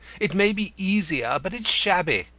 it may be easier, but it's shabby.